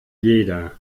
jeder